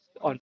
on